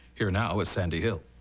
here now is sandy hill.